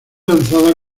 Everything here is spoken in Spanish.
lanzada